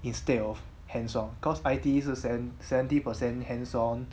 instead of hands on cause I_T_E 是 seventy percent hands on